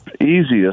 easiest